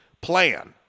plan